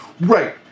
Right